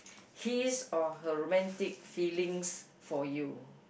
his or her romantic feelings for you